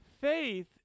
faith